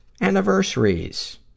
Anniversaries